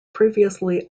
previously